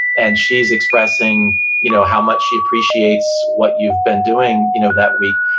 and she's expressing you know how much she appreciates what you've been doing you know that week,